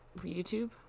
YouTube